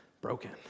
broken